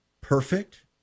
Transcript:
perfect